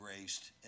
raised